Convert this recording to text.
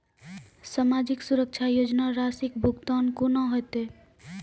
समाजिक सुरक्षा योजना राशिक भुगतान कूना हेतै?